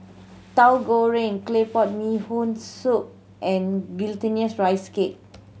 Tauhu Goreng claypot Bee Hoon Soup and Glutinous Rice Cake